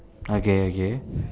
okay okay